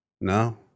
No